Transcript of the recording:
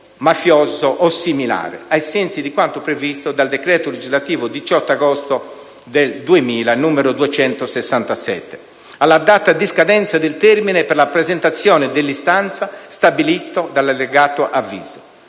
mafioso o similare, ai sensi di quanto previsto dal decreto legislativo 18 agosto 2000, n. 267, alla data di scadenza del termine per la presentazione dell'istanza stabilito dall'allegato avviso.